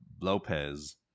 Lopez